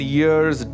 years